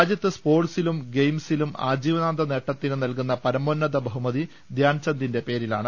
രാജ്യത്ത് സ്പോർട്സിലും ഗെയിംസിലും ആജീവനാന്തനേട്ടത്തിന് നൽകുന്ന പരമോന്നത ബഹുമതി ധ്യാൻ ചന്ദിന്റെ പേരിലാണ്